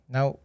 Now